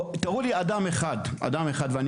תראו לי אדם אחד שיכול,